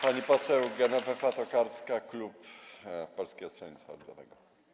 Pani poseł Genowefa Tokarska, klub Polskiego Stronnictwa Ludowego.